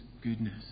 goodness